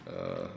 uh